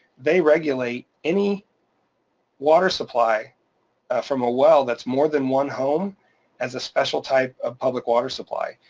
they regulate any water supply from a well that's more than one home as a special type of public water supply,